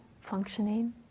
functioning